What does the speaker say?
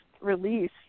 release